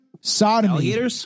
sodomy